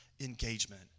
engagement